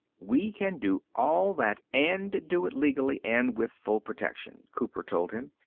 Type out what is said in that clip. we can do all that and do it legally and with full protection, cooper told him,